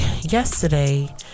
yesterday